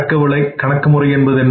அடக்கவிலை கணக்கு முறைஎன்பது என்ன